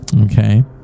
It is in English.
Okay